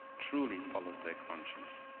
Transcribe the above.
truly follows their conscience,